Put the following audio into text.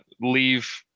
leave